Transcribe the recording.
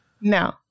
No